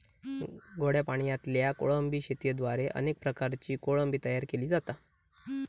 गोड्या पाणयातल्या कोळंबी शेतयेद्वारे अनेक प्रकारची कोळंबी तयार केली जाता